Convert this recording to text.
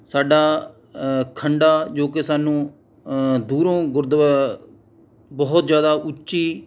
ਸਾਡਾ ਖੰਡਾ ਜੋ ਕਿ ਸਾਨੂੰ ਦੂਰੋਂ ਗੁਰਦੁਆ ਬਹੁਤ ਜ਼ਿਆਦਾ ਉੱਚੀ